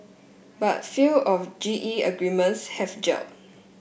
but few of G E agreements have gelled